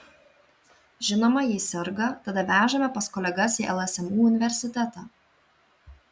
žinoma jei serga tada vežame pas kolegas į lsmu universitetą